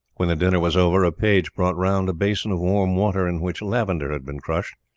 when the dinner was over a page brought round a basin of warm water, in which lavender had been crushed,